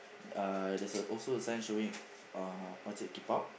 uh there's a also a sign showing uh Orchard keep out